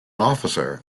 officer